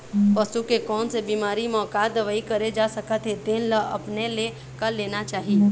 पसू के कोन से बिमारी म का दवई करे जा सकत हे तेन ल अपने ले कर लेना चाही